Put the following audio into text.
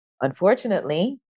Unfortunately